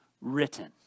written